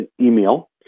email